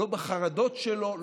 לא בחרדות שלו,